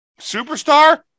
Superstar